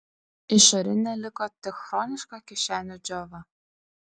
išorinė liko tik chroniška kišenių džiova